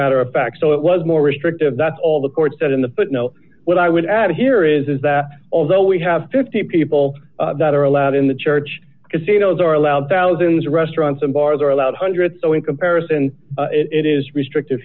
matter of fact so it was more restrictive that's all the court said in the foot no what i would add here is that although we have fifty people that are allowed in the church casinos are allowed thousands of restaurants and bars are allowed hundreds so in comparison it is restrict